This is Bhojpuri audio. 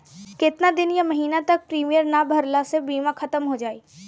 केतना दिन या महीना तक प्रीमियम ना भरला से बीमा ख़तम हो जायी?